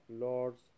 Lord's